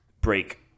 break